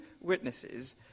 witnesses